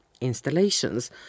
installations